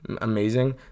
amazing